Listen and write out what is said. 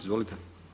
Izvolite!